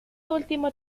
último